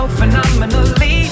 phenomenally